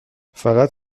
فقط